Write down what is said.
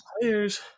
players